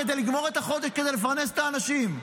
כדי לגמור את החודש ולפרנס את האנשים.